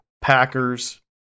Packers